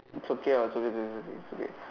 it's okay ah it's okay it's okay it's okay it's okay